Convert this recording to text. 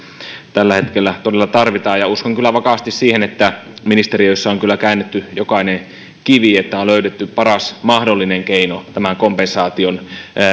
tällä hetkellä todella tarvitaan uskon kyllä vakaasti siihen että ministeriöissä on kyllä käännetty jokainen kivi että on löydetty paras mahdollinen keino tämän kompensaation